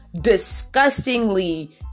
disgustingly